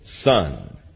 son